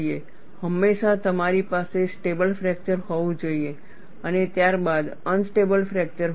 હંમેશા તમારી પાસે સ્ટેબલ ફ્રેકચર હોવું જોઈએ અને ત્યારબાદ અનસ્ટેબલ ફ્રેકચર હોવું જોઈએ